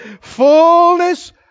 Fullness